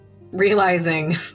Realizing